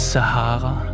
Sahara